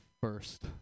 first